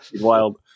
Wild